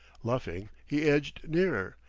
luffing, he edged nearer,